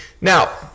Now